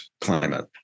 climate